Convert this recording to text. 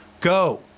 go